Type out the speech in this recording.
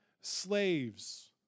slaves